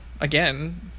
again